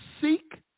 seek